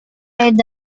red